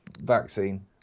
vaccine